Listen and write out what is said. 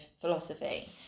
philosophy